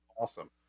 awesome